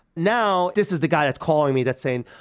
now this is the guy that's calling me that's saying,